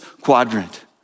quadrant